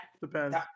depends